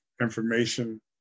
information